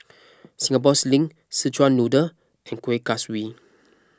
Singapore Sling Szechuan Noodle and Kueh Kaswi